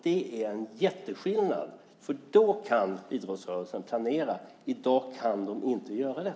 Det är en jätteskillnad, för då kan idrottsrörelsen planera. I dag kan den inte göra det.